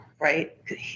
right